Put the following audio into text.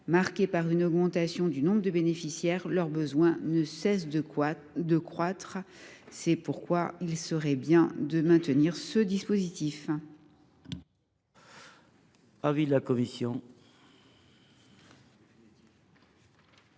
marqué par une augmentation du nombre de bénéficiaires, leurs besoins ne cessent de croître. C’est pourquoi il serait bon de maintenir ce dispositif.